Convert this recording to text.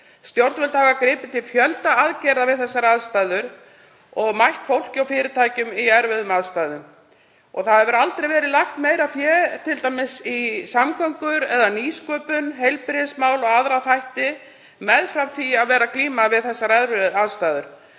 Stjórnvöld hafa gripið til fjölda aðgerða og mætt fólki og fyrirtækjum í erfiðum aðstæðum. Það hefur aldrei verið lagt meira fé í samgöngur eða nýsköpun, heilbrigðismál og aðra þætti meðfram því að vera að glíma við þessar erfiðu aðstæður.